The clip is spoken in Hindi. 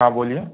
हाँ बोलिए